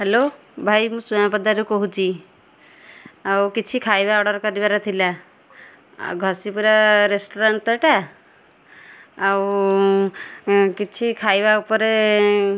hello ଭାଇ ମୁଁ ସୁଆଁପଦାରୁ କହୁଛି ଆଉ କିଛି ଖାଇବା ଅର୍ଡ଼ର୍ କରିବାର ଥିଲା ଘଷିପୁରା ରେଷ୍ଟୁରାଣ୍ଟ୍ ତ ଏଟା ଆଉ କିଛି ଖାଇବା ଉପରେ